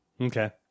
Okay